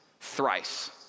Thrice